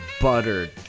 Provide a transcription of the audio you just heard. buttered